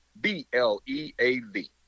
B-L-E-A-V